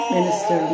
Minister